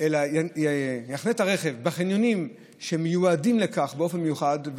אלא יחנה את הרכב בחניונים שמיועדים לכך באופן מיוחד,